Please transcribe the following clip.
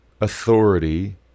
authority